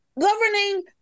governing